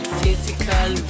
physical